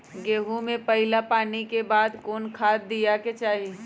गेंहू में पहिला पानी के बाद कौन खाद दिया के चाही?